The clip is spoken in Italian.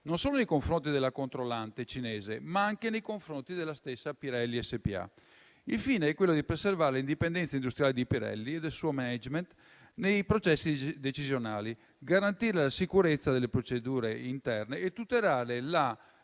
non solo nei confronti della controllante cinese, ma anche nei confronti della stessa Pirelli SpA. Il fine è quello di preservare l'indipendenza industriale di Pirelli e del suo *management* nei processi decisionali, garantire la sicurezza delle procedure interne e tutelare la